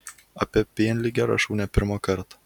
apie pienligę rašau ne pirmą kartą